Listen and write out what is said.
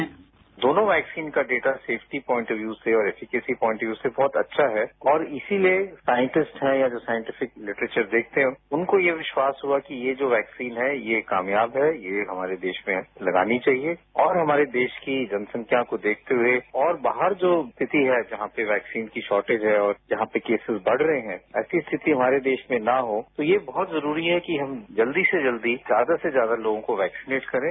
bite दोनों वैक्सीनों का data safety point of view से बहुत अच्छा है और इसी लिए साइंटिस्ट है या साइंटिफिक लिक्ट्रेचर देखते हैं उनको यह विश्वास हुआ कि ये जो वैक्सीन है ये कामयाब है ये हमारे देश में लगानी चाहिए और हमारे देश की जनसंख्या को देखते हुए और बाहर जो स्थिति है जहां पर वैक्सीन की शॉर्टेज है और जहां पर केसिस बढ़ रहे हैं ऐसी स्थिति हमारे देश में न हों तो ये बहुत जरूरी है कि हम जल्दी से जल्दी ज्यादा से ज्यादा लोगों को वैक्सीनेट करें